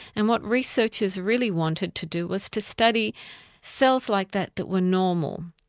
and what researchers really wanted to do was to study cells like that that were normal,